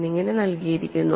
എന്നിങ്ങനെ നൽകിയിരിക്കുന്നു